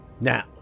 Now